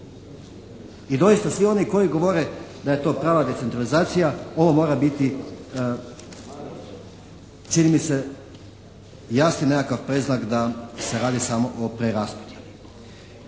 I doista svi oni koji govore da je to prava decentralizacija ovo mora biti čini mi se jasni nekakav predznak da se radi samo o preraspodjeli.